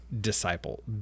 disciple